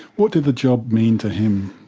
what did the job mean to him?